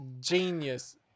Genius